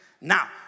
now